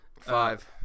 Five